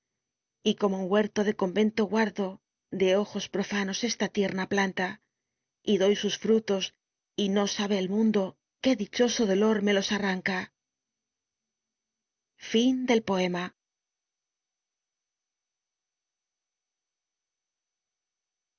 y como en huerto de convento guardaj de ojos profanos esta tierna planta y doy sus frutos y no sabe el mundo que dichoso dolor me los arranca el